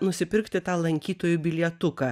nusipirkti tą lankytojų bilietuką